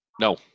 No